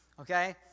Okay